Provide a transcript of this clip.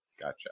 Gotcha